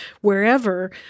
wherever